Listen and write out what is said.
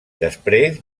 després